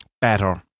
better